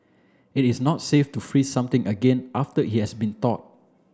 it is not safe to freeze something again after it has been thawed